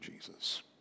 Jesus